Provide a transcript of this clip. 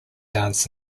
dance